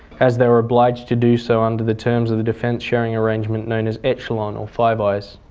as they were obliged to do so under the terms of the defence sharing arrangement known as echelon or five eyes.